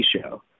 show